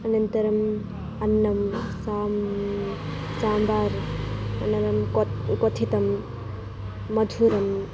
अनन्तरम् अन्नं सां साम्बार् अन्नं क्व क्वथितं मधुरम्